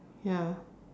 ya